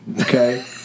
Okay